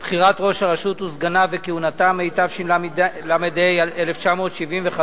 (בחירת ראש הרשות וסגניו וכהונתם), התשל"ה 1975,